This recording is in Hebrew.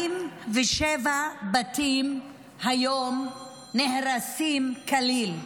47 בתים נהרסים היום כליל.